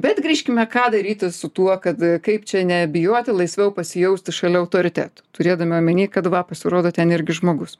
bet grįžkime ką daryti su tuo kad kaip čia nebijoti laisviau pasijausti šalia autoritetų turėdami omenyje kad va pasirodo ten irgi žmogus